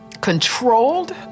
controlled